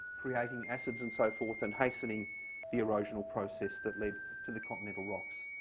creating acids and so forth, and hastening the erosional process that led to the continental rocks.